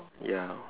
ya